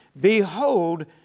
Behold